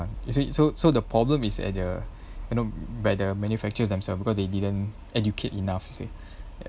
is it so so the problem is at the you know by the manufacturers themselves because they didn't educate enough to say